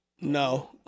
No